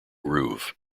groove